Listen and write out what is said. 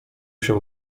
się